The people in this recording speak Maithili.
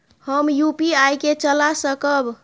हम यू.पी.आई के चला सकब?